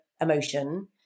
emotion